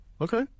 Okay